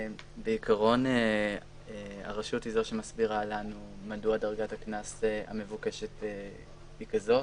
בעיקרון הרשות היא זו שמסבירה לנו מדוע דרגת הקנס המבוקשת היא כזאת,